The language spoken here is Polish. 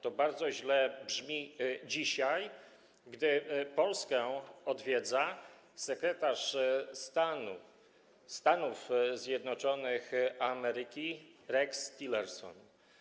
To bardzo źle brzmi dzisiaj, gdy Polskę odwiedza sekretarz stanu Stanów Zjednoczonych Ameryki Rex Tillerson.